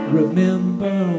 remember